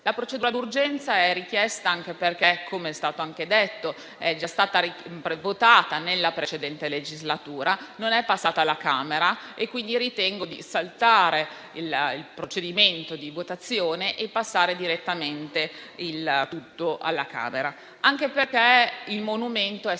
La procedura d'urgenza è richiesta anche perché - come è stato anche detto - è già stata votata nella precedente legislatura, ma non è passata alla Camera e, quindi, ritengo di saltare il procedimento di votazione e passare direttamente il tutto alla stessa Camera. Il monumento è